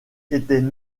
étaient